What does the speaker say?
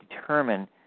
determine